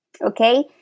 okay